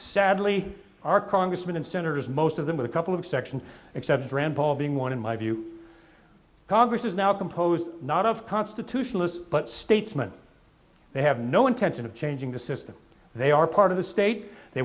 sadly our congressmen and senators most of them with a couple of section except rand paul being one in my view congress is now composed not of constitutionalists but statesman they have no intention of changing the system they are part of the state they